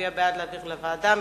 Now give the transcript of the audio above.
מצביע בעד להעביר לוועדה,